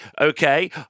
okay